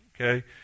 okay